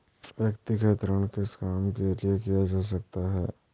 व्यक्तिगत ऋण किस काम के लिए किया जा सकता है?